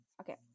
okay